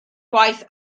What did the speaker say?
gwaith